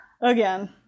again